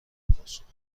پاسخگو